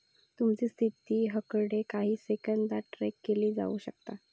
तुमची स्थिती हकडे काही सेकंदात ट्रॅक केली जाऊ शकता